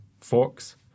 forks